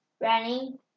running